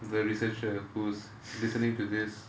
the researcher who's listening to this